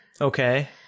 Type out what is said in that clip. Okay